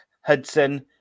Hudson